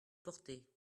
porter